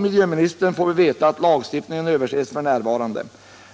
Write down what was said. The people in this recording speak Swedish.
miljöministerns svar får vi veta att lagen överses f. n.